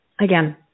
again